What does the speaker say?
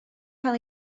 cael